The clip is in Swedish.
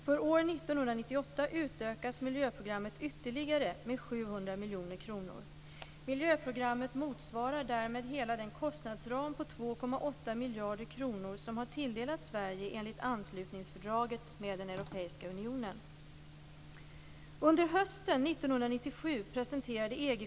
För år 1998 utökas miljöprogrammet ytterligare med 700 miljoner kronor. Miljöprogrammet motsvarar därmed hela den kostnadsram på 2,8 miljarder kronor som har tilldelats Sverige enligt anslutningsfördraget med den europeiska unionen.